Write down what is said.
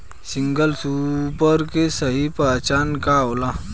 Single super के सही पहचान का होला?